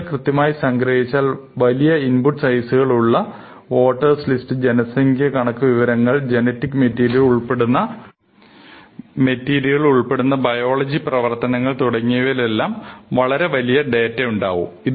കാര്യങ്ങൾ കൃത്യമായി സംഗ്രഹിച്ചാൽ വലിയ ഇൻപുട്ട് സൈസുകൾ ഉള്ള വോട്ടേഴ്സ് ലിസ്റ്റ് ജനസംഖ്യ കണക്ക് വിവരങ്ങൾ ജനറ്റിക് മെറ്റീരിയലുകൾ ഉൾപ്പെടുന്ന ബയോളജി പ്രവർത്തനങ്ങൾ തുടങ്ങിയവയിലെല്ലാം വളരെ വലിയ ഡേറ്റ ഉണ്ടാവും